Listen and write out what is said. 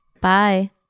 Bye